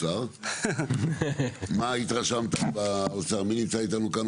שלמה, והיו כבר ימים שלא היה תקציב.